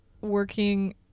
working